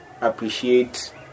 appreciate